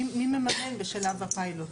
מי מממן בשלב הפיילוט?